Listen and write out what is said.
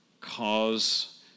cause